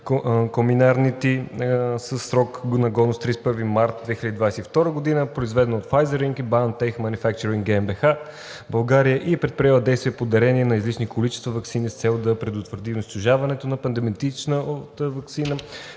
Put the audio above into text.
Соmirnaty със срок на годност 31 март 2022 г., произведена от Pfizer Inc. и BioNTech Manufacturing GmbH. България е предприела действия по дарения на излишни количества ваксини с цел да се предотврати унищожаването на пандемична ваксина